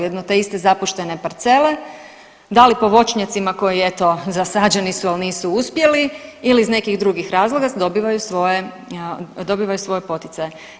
Jedne te iste zapuštene parcele, da li po pašnjacima koji eto zasađeni su, ali nisu uspjeli ili iz nekih drugih razloga dobivaju svoje poticaje.